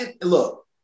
Look